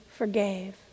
forgave